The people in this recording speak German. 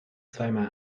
zweimal